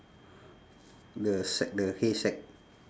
the sack the haysack